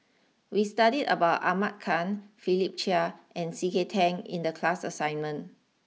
we studied about Ahmad Khan Philip Chia and C K Tang in the class assignment